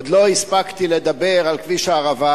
עוד לא הספקתי לדבר על כביש הערבה,